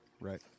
Right